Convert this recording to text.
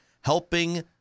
helping